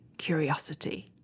Curiosity